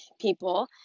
people